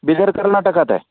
बिदर कर्नाटकात आहे